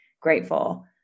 grateful